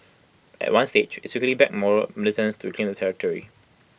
at one stage IT secretly backed Moro militants to reclaim the territory